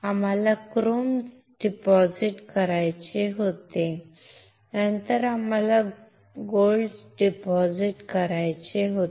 आम्हाला क्रोम जमा करायचे होते आणि नंतर आम्हाला सोने जमा करायचे होते